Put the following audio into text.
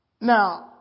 Now